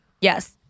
Yes